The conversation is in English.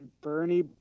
Bernie